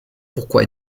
pourquoi